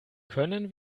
können